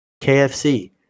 KFC